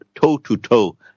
toe-to-toe